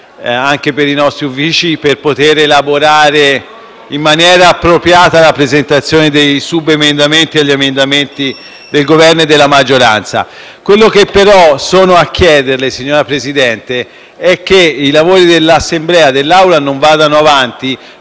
anche ai nostri uffici, per elaborare in maniera appropriata la presentazione dei subemendamenti agli emendamenti del Governo e della maggioranza. Quanto però intendo chiederle, signor Presidente, è che i lavori dell'Assemblea non vadano avanti